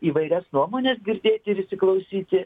įvairias nuomones girdėti ir įsiklausyti